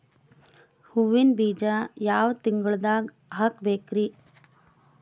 ಹೂವಿನ ಬೀಜ ಯಾವ ತಿಂಗಳ್ದಾಗ್ ಹಾಕ್ಬೇಕರಿ?